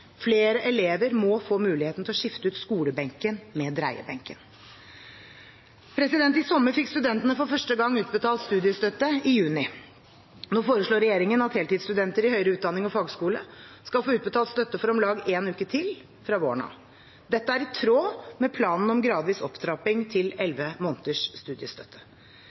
Flere elever må få mulighet til å skifte ut skolebenken med dreiebenken. I sommer fikk studentene for første gang utbetalt studiestøtte i juni. Nå foreslår regjeringen at heltidsstudenter i høyere utdanning og fagskole skal få utbetalt støtte for om lag én uke til fra våren av. Dette er i tråd med planen om gradvis opptrapping til elleve måneders studiestøtte.